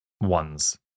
ones